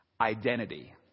Identity